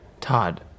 Todd